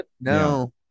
No